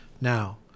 Now